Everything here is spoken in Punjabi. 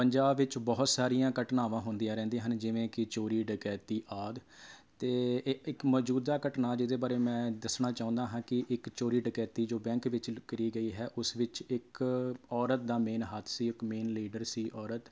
ਪੰਜਾਬ ਵਿੱਚ ਬਹੁਤ ਸਾਰੀਆਂ ਘਟਨਾਵਾਂ ਹੁੰਦੀਆਂ ਰਹਿੰਦੀਆਂ ਹਨ ਜਿਵੇਂ ਕਿ ਚੋਰੀ ਡਕੈਤੀ ਆਦਿ ਅਤੇ ਇਹ ਇੱਕ ਮੌਜੂਦਾ ਘਟਨਾ ਜਿਹਦੇ ਬਾਰੇ ਮੈਂ ਦੱਸਣਾ ਚਾਹੁੰਦਾ ਹਾਂ ਕਿ ਇੱਕ ਚੋਰੀ ਡਕੈਤੀ ਜੋ ਬੈਂਕ ਵਿੱਚ ਲ ਕਰੀ ਗਈ ਹੈ ਉਸ ਵਿੱਚ ਇੱਕ ਔਰਤ ਦਾ ਮੇਨ ਹੱਥ ਸੀ ਇੱਕ ਮੇਨ ਲੀਡਰ ਸੀ ਔਰਤ